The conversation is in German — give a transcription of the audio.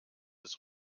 des